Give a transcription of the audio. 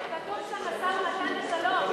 כתוב שם: משא-ומתן לשלום.